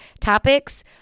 topics